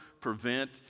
prevent